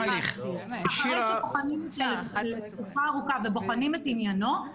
אחרי שבוחנים תקופה ארוכה ובוחנים את עניינו,